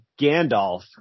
Gandalf